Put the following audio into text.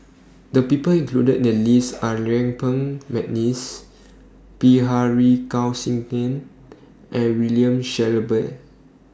The People included in The list Are Yuen Peng Mcneice Bilahari Kausikan and William Shellabear